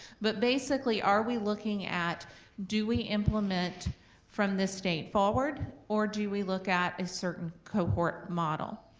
but basically, are we looking at do we implement from this date forward, or do we look at a certain cohort model?